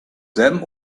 them